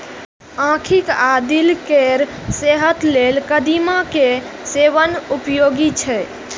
आंखि आ दिल केर सेहत लेल कदीमा के सेवन उपयोगी छै